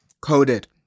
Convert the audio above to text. coded